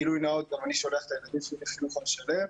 גילוי נאות גם אני שולח את הילדים שלי לחינוך המשלב,